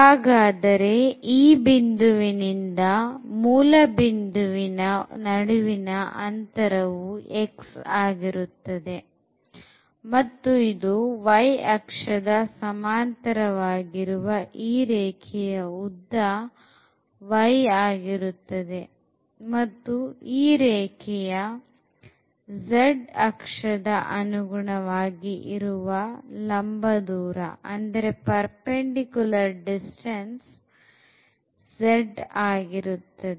ಹಾಗಾದರೆ ಈ ಬಿಂದುವಿನಿಂದ ಮೂಲ ಮೂಲಬಿಂದುವಿನ ನಡುವಿನ ಅಂತರವು x ಆಗಿರುತ್ತದೆ ಮತ್ತು ಇದು y ಅಕ್ಷದ ಸಮಾಂತರವಾಗಿರುವ ಈ ರೇಖೆಯ ಉದ್ದ y ಆಗಿರುತ್ತದೆ ಮತ್ತು ಈ ರೇಖೆಯ z ಅಕ್ಷದ ಅನುಗುಣವಾಗಿ ಇರುವ ಲಂಬದೂರವು z ಆಗಿರುತ್ತದೆ